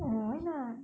oo oh ya